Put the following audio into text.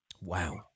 Wow